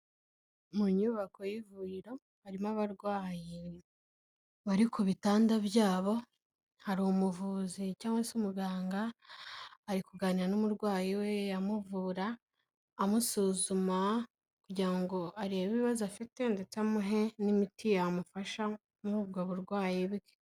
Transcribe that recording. Mu nyubako y'ivuriro harimo abarwayi, bari ku bitanda by'abo, hari umuvuzi cyangwa se umuganga, ari kuganira n'umurwayi we, amuvura, amusuzuma kugira ngo arebe ibibazo afite, ndetse amuhe n'imiti yamufasha muri ubwo burwayi bwe.